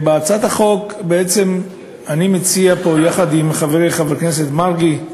בהצעת החוק אני מציע פה, עם חברי חבר הכנסת מרגי,